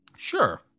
Sure